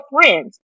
friends